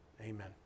amen